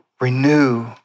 renew